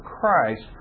Christ